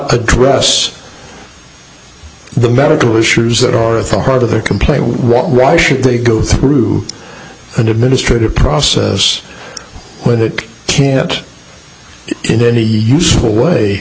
address the medical issues that are at the heart of their complaint why should they go through an administrative process when it can't in any useful way